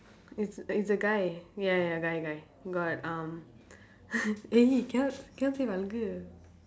it's it's a guy ya ya guy guy got um eh cannot cannot say vulgar